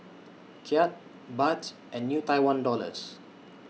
Kyat Baht and New Tie one Dollars